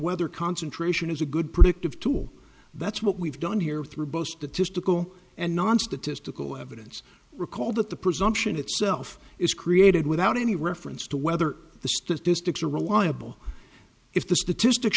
whether concentration is a good predictive tool that's what we've done here three boasted just a cool and non statistical evidence recall that the presumption itself is created without any reference to whether the statistics are reliable if the statistics